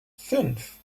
fünf